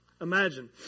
imagine